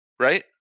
right